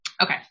Okay